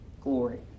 glory